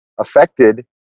affected